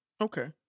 Okay